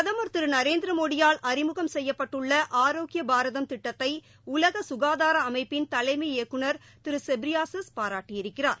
பிரதம் திரு நரேந்திரமோடியால் அறிமுகம் செய்யப்பட்டுள்ள ஆரோக்கிய பாரதம் திட்டத்தை உலக சுகாதார அமைப்பின் தலைமை இயக்குநர் திரு செப்ரியாசஸ் பாரட்டியிருக்கிறார்